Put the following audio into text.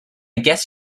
guess